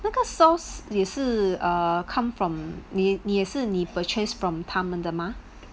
那个 sauce 也是 err come from 你你也是你 purchase from 他们的吗